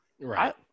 Right